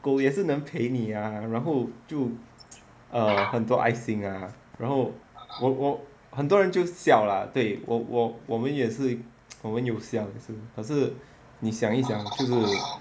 狗也是能陪你呀然后就 err 很多爱心啊然后我我很多人就笑啦对我我我们也是 我们有笑也是可是你想一想就是